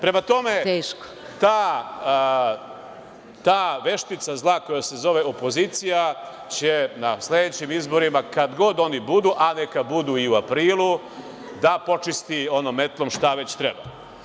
Prema tome, ta zla veštica koja se zove opozicija će na sledećim izborima, kad god oni budu, a neka budu i u aprilu, da počisti metlom šta već treba.